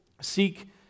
seek